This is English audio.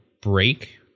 break